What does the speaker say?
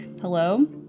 Hello